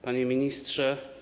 Panie Ministrze!